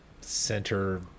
center